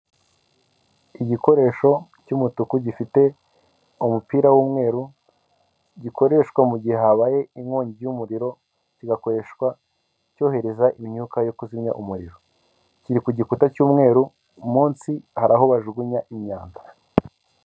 Igikoresho cy'umutuku gifite umupira w'umweru, gikoreshwa gihe habaye inkongi y'umuriro, kigakoreshwa cyohereza imyuka yo kuzimya umuriro, kiri ku gikuta cy'umweru, munsi hari aho bajugunya imyanda.